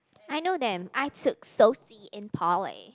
I know them I took socio in poly